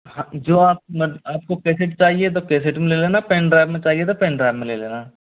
हाँ जो आप मत आप को कैसेट चाहिए तो कैसेट में ले लेना पेन ड्राइव में चाहिए तो पेन ड्राइव में ले लेना